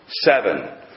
seven